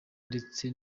ndetse